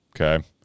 okay